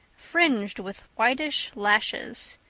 fringed with whitish lashes.